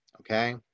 Okay